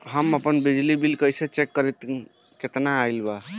हम आपन बिजली बिल कइसे चेक करि की केतना आइल बा?